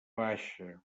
baixa